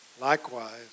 Likewise